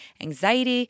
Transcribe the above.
anxiety